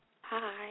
Hi